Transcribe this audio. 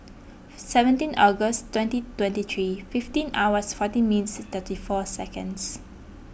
seventeen August twenty twenty three fifteen hours fifteen minutes thirty four seconds